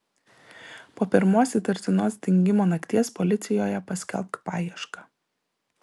po pirmos įtartinos dingimo nakties policijoje paskelbk paiešką